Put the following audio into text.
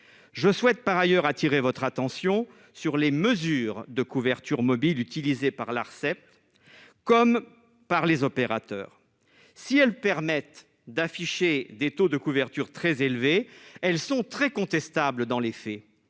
je souhaite par ailleurs attirer votre attention sur les mesures de couverture mobile utilisé par l'Arcep comme par les opérateurs, si elles permettent d'afficher des taux de couverture très élevé, elles sont très contestables, dans les faits,